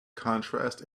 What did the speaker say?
contrast